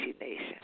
Nation